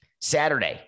Saturday